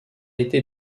été